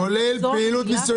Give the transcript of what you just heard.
כרגע אין לי את הנתונים